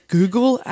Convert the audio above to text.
Google